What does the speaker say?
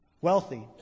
wealthy